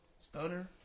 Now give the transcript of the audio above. stunner